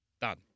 Done